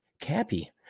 cappy